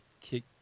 kick